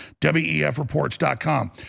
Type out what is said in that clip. WEFreports.com